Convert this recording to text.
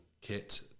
kit